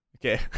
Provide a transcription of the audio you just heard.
Okay